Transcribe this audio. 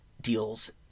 deals